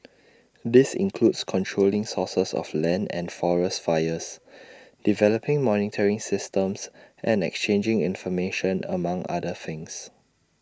this includes controlling sources of land and forest fires developing monitoring systems and exchanging information among other things